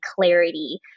clarity